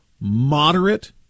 moderate